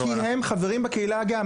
כי הם חברים בקהילה הגאה.